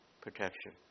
protection